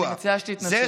אני מציעה שתתנצל.